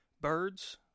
Birds